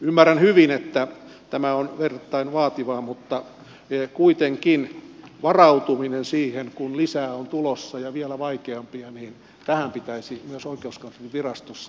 ymmärrän hyvin että tämä on verrattain vaativaa mutta kuitenkin kun lisää on tulossa ja vielä vaikeampia tähän pitäisi myös oikeuskanslerinvirastossa varautua